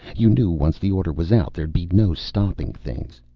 you knew once the order was out there'd be no stopping things.